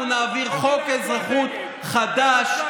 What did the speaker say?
אנחנו נעביר חוק אזרחות חדש.